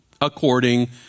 according